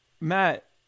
Matt